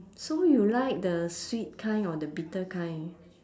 so you like the sweet kind or the bitter kind